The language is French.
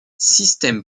system